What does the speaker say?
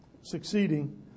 succeeding